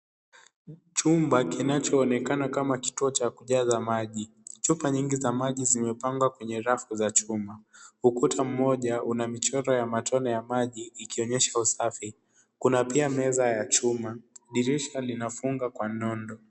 Chumba kinachoonekana kama kituo cha kujaza maji. Chupa nyingi za maji zimepangwa kwenye rafu za chuma. Ukuta mmoja una michoro ya matone ya maji ikionyesha usafi. Kuna pia meza ya chuma. Dirisha inafungwa kwa nondo.